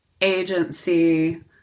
agency –